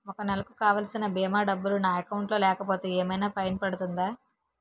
ఒక నెలకు కావాల్సిన భీమా డబ్బులు నా అకౌంట్ లో లేకపోతే ఏమైనా ఫైన్ పడుతుందా?